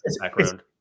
background